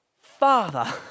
Father